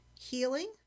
healing